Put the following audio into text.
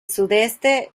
sudoeste